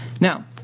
Now